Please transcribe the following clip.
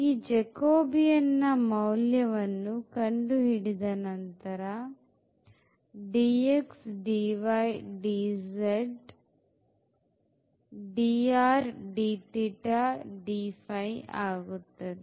ಈ jacobian ನಾ ಮೌಲ್ಯ ವನ್ನು ಕಂಡು ಹಿಡಿದ ನಂತರ dx dy dz drdθdϕ ಆಗುತ್ತದೆ